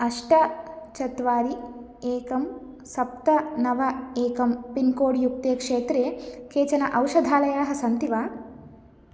अष्ट चत्वारि एकं सप्त नव एकं पिन्कोड् युक्ते क्षेत्रे केचन औषधालयाः सन्ति वा